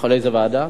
איזו ועדה?